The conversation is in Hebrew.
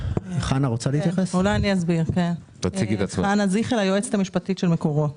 אני היועצת המשפטית של מקורות.